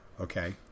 okay